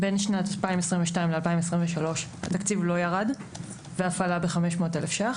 בין שנת 2022 ל-2023 התקציב לא ירד ואף עלה כ-500,000 ₪.